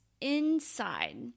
inside